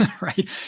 Right